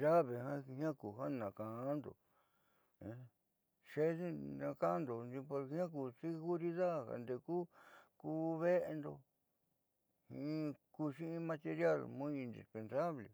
llave jiaa ku ja nakaando xeendindo na ka'ando jiaa ku seguridad jandeku ku ve'endo kuuxi in material muy indispensable.